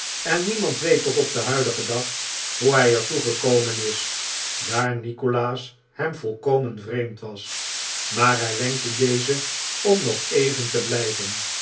en niemand weet tot op den huidigen dag hoe hij er toe gekomen is daar nikolaas hem volkomen vreemd was maar hij wenkte dezen om nog even te blijven